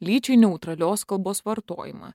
lyčiai neutralios kalbos vartojimą